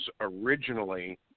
originally